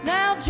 Now